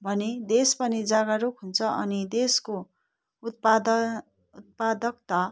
भने देश पनि जागरूक हुन्छ अनि देशको उत्पाद उत्पादकता